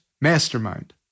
mastermind